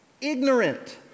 ignorant